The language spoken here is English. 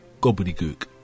gobbledygook